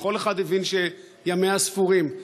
כל אחד הבין שימיה ספורים,